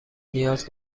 نیاز